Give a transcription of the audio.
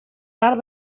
part